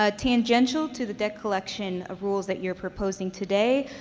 ah tangential to the debt collection of rules that you are proposing today,